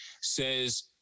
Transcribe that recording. says